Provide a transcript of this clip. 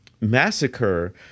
massacre